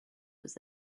was